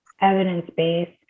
evidence-based